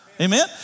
Amen